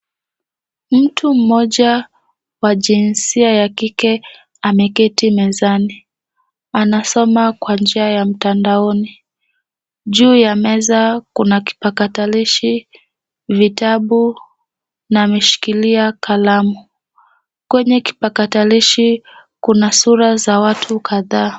Mtu mmoja wa jinsia ya kike ameketi mezani. Anasoma kwa njia ya mtandaoni. Juu ya meza kuna kipakatalishi, vitabu, na ameshikilia kalamu. Kwenye kipakatalishi kuna sura za watu kadhaa.